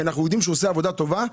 כי אנחנו יודעים שהוא עושה עבודה טובה,